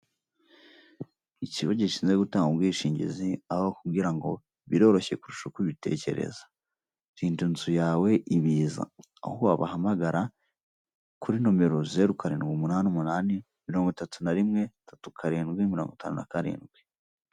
Ikigo gishinzwe gutanga ubwishingizi, aho kugira ngo biroroshye kurusha uko ubitekereza, rinda inzu yawe ibiza, aho wabahamagara kuri nomero: zeru, karindwi , umunani, umunnani mirongo itatu rimwe, tatu karindwi ,mirongo itanu na karindwi.